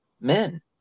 men